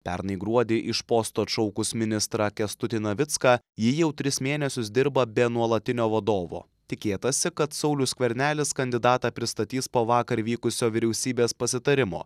pernai gruodį iš posto atšaukus ministrą kęstutį navicką ji jau tris mėnesius dirba be nuolatinio vadovo tikėtasi kad saulius skvernelis kandidatą pristatys po vakar vykusio vyriausybės pasitarimo